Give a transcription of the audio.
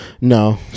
No